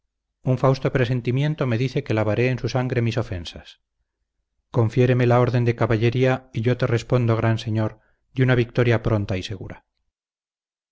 un fausto presentimiento me dice que lavaré en su sangre mis ofensas confiéreme la orden de caballería y yo te respondo gran señor de una victoria pronta y segura